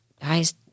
guys